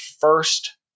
first